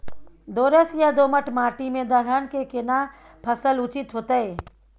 दोरस या दोमट माटी में दलहन के केना फसल उचित होतै?